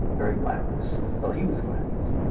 very glamorous. well, he was glamorous.